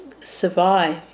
survive